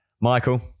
Michael